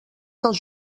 dels